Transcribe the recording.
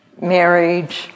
marriage